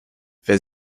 wer